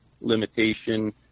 limitation